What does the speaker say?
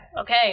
Okay